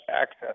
access